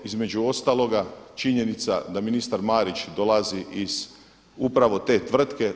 Između ostaloga činjenica da ministar Marić dolazi iz upravo te tvrtke.